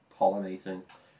pollinating